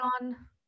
on